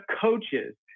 coaches